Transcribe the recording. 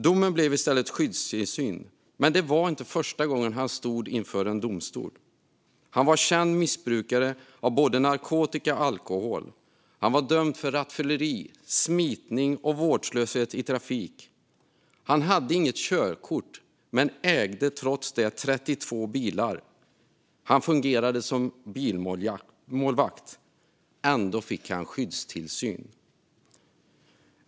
Domen blev i stället skyddstillsyn. Men det var inte första gången han stod inför domstol. Mannen var känd missbrukare av både narkotika och alkohol. Han var dömd för rattfylleri, smitning och vårdslöshet i trafik. Han hade inget körkort men ägde trots det 32 bilar; han fungerade som bilmålvakt. Ändå fick han skyddstillsyn.